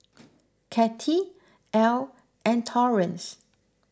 Kathy Ell and Torrance